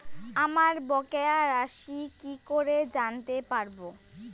আমার বকেয়া রাশি কি করে জানতে পারবো?